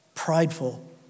Prideful